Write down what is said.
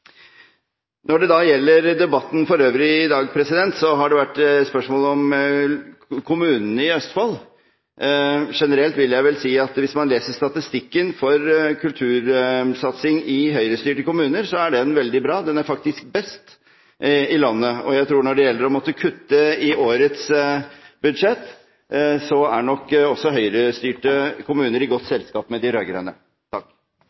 Når det gjelder debatten for øvrig i dag, har det vært spørsmål om kommunene i Østfold. Generelt vil jeg vel si at hvis man leser statistikken for kultursatsing i Høyre-styrte kommuner, er den veldig bra – den er faktisk best i landet, og jeg tror at når det gjelder å måtte kutte i årets budsjett, er nok også Høyre-styrte kommuner i godt